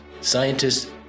scientists